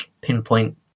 pinpoint